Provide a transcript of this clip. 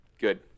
Good